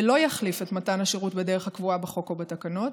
ולא יחליף את מתן השירות בדרך הקבועה בחוק או בתקנות,